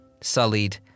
sullied